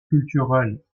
culturelles